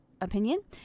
opinion